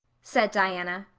said diana.